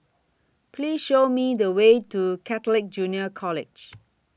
Please Show Me The Way to Catholic Junior College